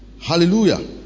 Hallelujah